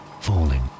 falling